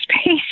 space